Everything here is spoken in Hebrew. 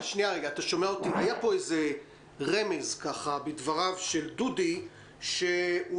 היה רמז בדבריו של דודי שוקף,